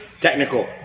Technical